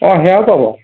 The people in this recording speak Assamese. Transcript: অঁ সেয়াও পাব